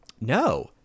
no